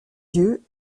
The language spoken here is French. yeux